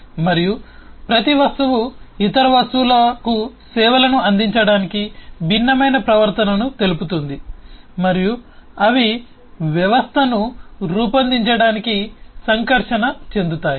మరియు ప్రతి వస్తువు ఇతర వస్తువులకు సేవలను అందించడానికి భిన్నమైన ప్రవర్తనను తెలుపుతుంది మరియు అవి వ్యవస్థను రూపొందించడానికి సంకర్షణ చెందుతాయి